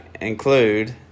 include